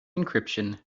encryption